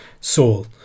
Saul